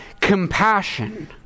compassion